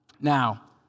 Now